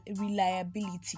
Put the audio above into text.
reliability